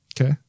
Okay